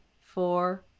four